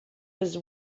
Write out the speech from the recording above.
was